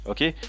Okay